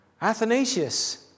Athanasius